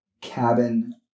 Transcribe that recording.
Cabin